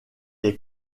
est